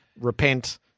repent